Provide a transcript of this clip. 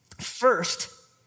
First